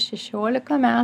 šešiolika me